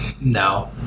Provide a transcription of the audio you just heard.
no